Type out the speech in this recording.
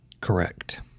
Correct